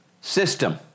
system